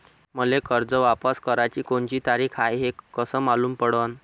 मले कर्ज वापस कराची कोनची तारीख हाय हे कस मालूम पडनं?